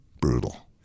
brutal